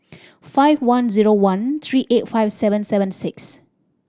five one zero one three eight five seven seven six